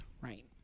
Right